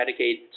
Medicaid